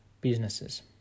businesses